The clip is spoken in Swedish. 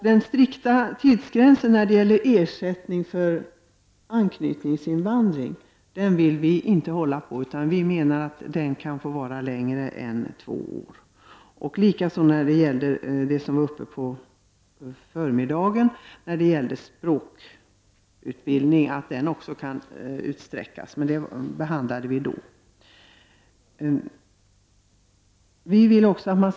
Den strikta tidsgränsen i vad gäller ersättning för anknytningsinvandring vill vi inte hålla på. Vi anser att den kan få gälla under längre tid än två år. Även språkutbildningen anser vi kan utsträckas i tiden, en fråga som vi redan har behandlat här.